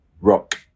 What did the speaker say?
rock